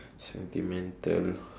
sentimental